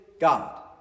God